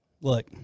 Look